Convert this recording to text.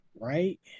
Right